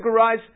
categorize